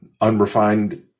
unrefined